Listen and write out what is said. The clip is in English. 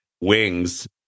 wings